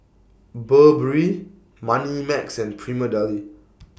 Burberry Moneymax and Prima Deli